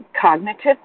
cognitive